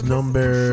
Number